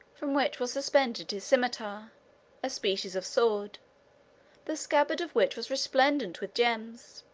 from which was suspended his cimeter a species of sword the scabbard of which was resplendent with gems.